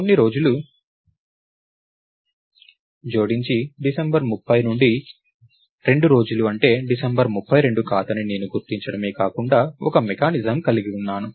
కొన్ని రోజులను జోడించి డిసెంబరు 30 నుండి 2 రోజులు అంటే డిసెంబర్ 32 కాదని నేను గుర్తించడమే కాకుండా ఒక మెకానిజం కలిగి ఉన్నాను